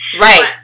Right